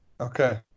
Okay